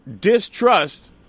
distrust